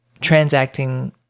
transacting